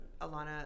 Alana